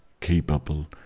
capable